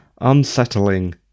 unsettling